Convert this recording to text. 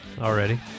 already